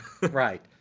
Right